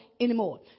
anymore